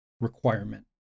requirement